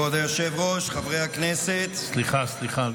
כבוד היושב-ראש, חברי הכנסת, סליחה, סליחה.